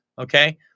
okay